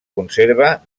conserva